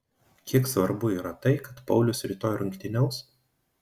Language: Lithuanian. kiek svarbu yra tai kad paulius rytoj rungtyniaus